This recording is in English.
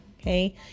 okay